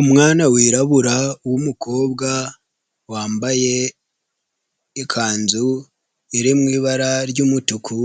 Umwana wirabura w'umukobwa wambaye ikanzu iri mu ibara ry'umutuku,